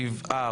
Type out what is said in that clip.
שבעה.